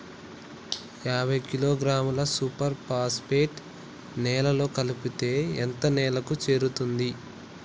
యాభై కిలోగ్రాముల super phosphate నేలలో కలిపితే ఎంత నేలకు చేరుతది?